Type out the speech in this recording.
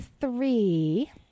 three